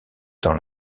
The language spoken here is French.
dans